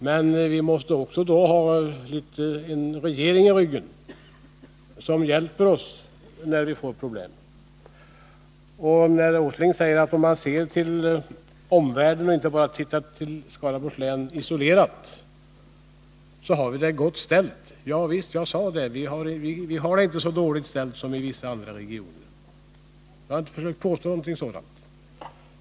Men vi måste då också ha en regering i ryggen som hjälper oss när vi får problem. Nils Åsling säger att om man tar hänsyn till omvärlden och inte bara ser på Skaraborgs län isolerat, så har vi det gott ställt. Javisst, jag sade det — vi har det inte så dåligt som man har i vissa andra regioner. Jag har inte försökt påstå någonting annat.